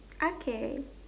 okay